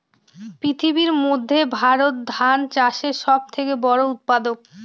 পৃথিবীর মধ্যে ভারত ধান চাষের সব থেকে বড়ো উৎপাদক